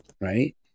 right